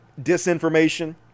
disinformation